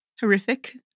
horrific